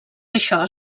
això